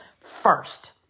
First